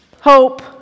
Hope